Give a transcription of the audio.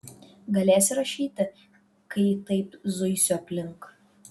galėsi rašyti kai taip zuisiu aplink